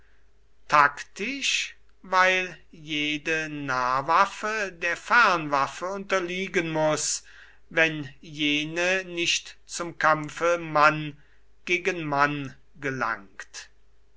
taktisch weil jede nahwaffe der fernwaffe unterliegen muß wenn jene nicht zum kampfe mann gegen mann gelangt